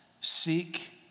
Seek